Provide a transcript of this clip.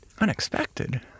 Unexpected